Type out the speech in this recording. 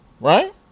Right